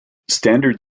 standard